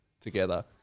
together